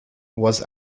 was